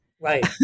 Right